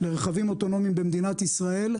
ברכבים אוטונומיים במדינת ישראל,